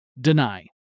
deny